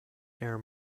air